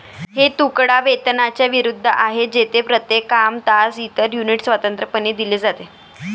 हे तुकडा वेतनाच्या विरुद्ध आहे, जेथे प्रत्येक काम, तास, इतर युनिट स्वतंत्रपणे दिले जाते